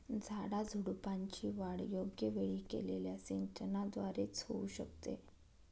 झाडाझुडपांची वाढ योग्य वेळी केलेल्या सिंचनाद्वारे च होऊ शकते